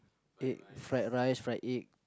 take fried rice fried egg